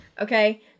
Okay